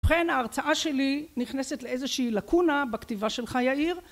ובכן ההרצאה שלי נכנסת לאיזושהי לקונה בכתיבה שלך יאיר